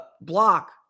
block